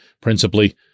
principally